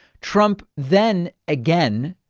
trump then again,